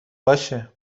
باشه